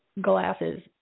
glasses